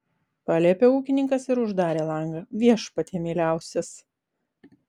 paliepė ūkininkas ir uždarė langą viešpatie mieliausias